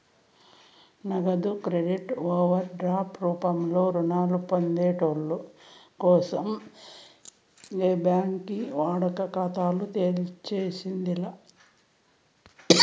నగదు credit overdraft రూపంలో రుణాలు పొందేటోళ్ళ కోసం ఏ బ్యాంకి వాడుక ఖాతాలు తెర్సేది లా